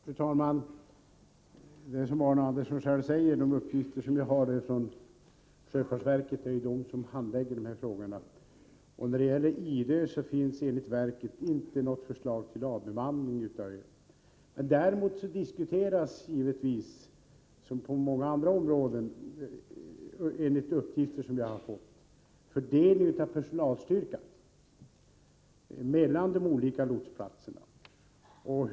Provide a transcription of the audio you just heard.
Fru talman! Som Arne Andersson i Gamleby själv säger har jag fått uppgifterna från sjöfartsverket, som ju handlägger dessa frågor. När det gäller Idö finns det enligt verkets uppgifter inte något förslag till avbemanning av ön. Däremot diskuteras givetvis här som på många andra områden fördelningen av personalstyrkan mellan de olika lotsplatserna.